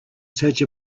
search